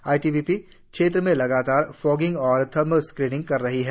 ITBP क्षेत्र में लगाता फोग़िंग और थर्मल स्केनिंग कर रही है